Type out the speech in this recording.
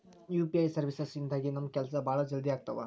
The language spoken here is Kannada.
ಯು.ಪಿ.ಐ ಸರ್ವೀಸಸ್ ಇಂದಾಗಿ ನಮ್ ಕೆಲ್ಸ ಭಾಳ ಜಲ್ದಿ ಅಗ್ತವ